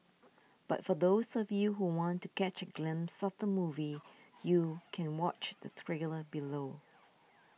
but for those of you who want to catch a glimpse of the movie you can watch the trailer below